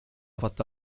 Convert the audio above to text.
fatta